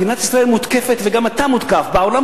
מדינת ישראל מותקפת וגם אתה מותקף בעולם